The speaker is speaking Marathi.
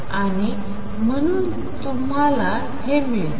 आणि म्हणून तुम्हाला हे मिळते